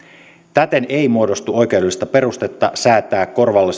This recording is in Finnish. täten ei muodostu oikeudellista perustetta säätää